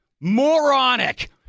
Moronic